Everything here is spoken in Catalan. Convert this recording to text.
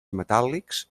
metàl·lics